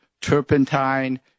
turpentine